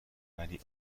ولی